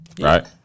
right